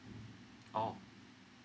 oh